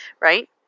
Right